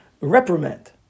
reprimand